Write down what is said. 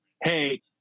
Hey